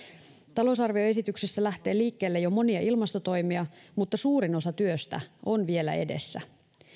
talousarvioesityksessä lähtee liikkeelle jo monia ilmastotoimia mutta suurin osa työstä on vielä edessä